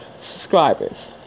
subscribers